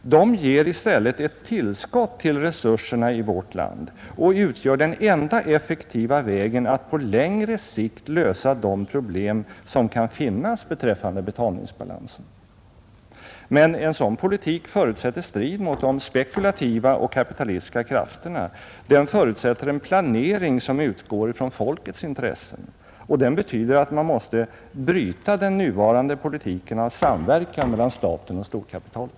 De ger i stället ett tillskott till resurserna i vårt land och utgör den enda effektiva vägen att på längre sikt lösa de problem, som kan finnas beträffande betalningsbalansen. Men en sådan politik förutsätter strid mot de spekulativa och kapitalistiska krafterna. Den förutsätter en planering, som utgår från folkets intressen, och den betyder att man måste bryta den nuvarande utvecklingen med samverkan mellan staten och storkapitalet.